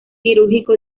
quirúrgico